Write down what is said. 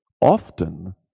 Often